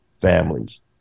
families